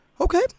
Okay